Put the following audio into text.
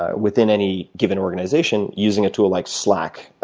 ah within any given organization, using a tool like slack.